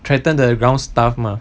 threatened the ground staff mah